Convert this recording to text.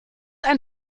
ein